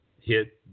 hit